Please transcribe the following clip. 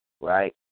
right